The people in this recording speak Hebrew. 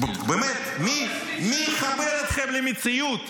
באמת, מי יחבר אתכם למציאות?